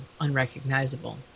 unrecognizable